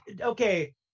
okay